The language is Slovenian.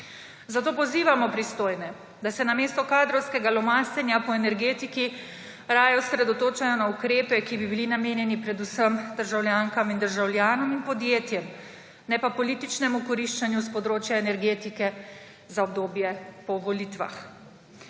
Zato pozivamo pristojne, da se namesto kadrovskega lomastenja po energetiki raje osredotočajo na ukrepe, ki bi bili namenjeni predvsem državljankam in državljanom in podjetjem, ne pa političnemu okoriščanju s področja energetike za obdobje po volitvah.